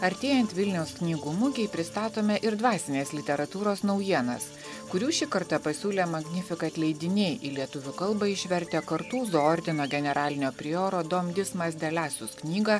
artėjant vilniaus knygų mugei pristatome ir dvasinės literatūros naujienas kurių šį kartą pasiūlė magnificat leidiniai į lietuvių kalbą išvertę kartūzų ordino generalinio prioro don dysmas de lassus knygą